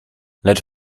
lecz